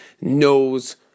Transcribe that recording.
knows